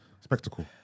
spectacle